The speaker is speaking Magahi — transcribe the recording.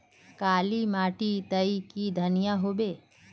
बाली माटी तई की धनिया होबे?